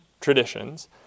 traditions